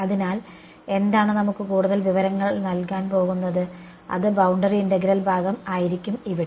അതിനാൽ എന്താണ് നമുക്ക് കൂടുതൽ വിവരങ്ങൾ നല്കാൻ പോകുന്നത് അത് ബൌണ്ടറി ഇന്റഗ്രൽ ഭാഗം ആയിരിക്കും ഇവിടെ